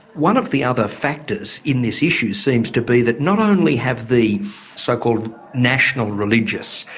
one of the other factors in this issue seems to be that not only have the so-called national religious,